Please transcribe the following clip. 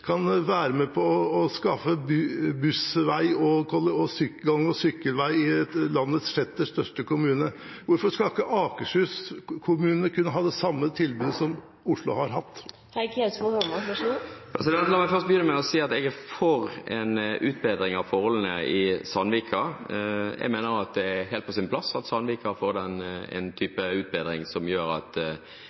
kan være med på å tilrettelegge for buss, vei og gang- og sykkelvei i landets sjette største kommune? Hvorfor skal ikke Akershus-kommunene kunne ha det samme tilbudet som Oslo har hatt? La meg begynne med å si at jeg er for en utbedring av forholdene i Sandvika. Jeg mener at det er helt på sin plass at Sandvika får en type utbedring som gjør at